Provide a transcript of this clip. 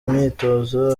myitozo